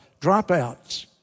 dropouts